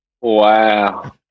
wow